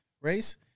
race